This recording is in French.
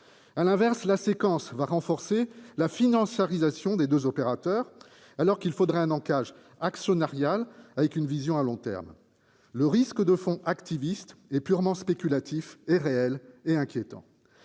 À l'inverse, la séquence renforcera la financiarisation des deux opérateurs, alors qu'il faudrait un ancrage actionnarial portant une vision à long terme. Le risque de l'entrée de fonds activistes et purement spéculatifs est réel et inquiétant.